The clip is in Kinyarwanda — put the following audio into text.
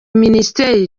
minisiteri